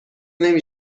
نمی